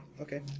Okay